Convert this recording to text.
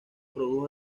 produjo